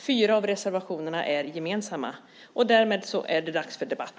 Fyra av reservationerna är gemensamma. Därmed är det dags för debatt.